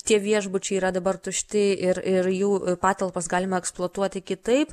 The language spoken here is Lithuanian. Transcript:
tie viešbučiai yra dabar tušti ir ir jų patalpas galima eksploatuoti kitaip